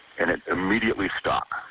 and it immediately stop.